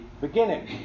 beginning